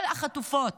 כל החטופות.